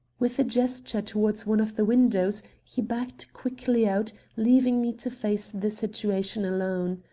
with a gesture toward one of the windows, he backed quickly out, leaving me to face the situation alone.